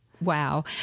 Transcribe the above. Wow